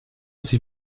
sie